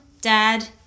dad